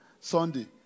Sunday